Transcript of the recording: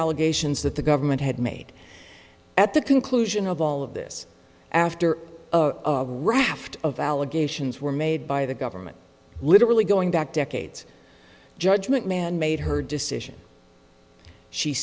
allegations that the government had made at the conclusion of all of this after the raft of allegations were made by the government literally going back decades judgement man made her decision she